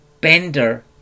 bender